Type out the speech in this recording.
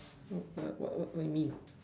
what what what what you mean